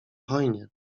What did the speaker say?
hojnie